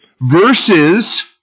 versus